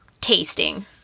tasting